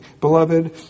beloved